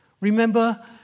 Remember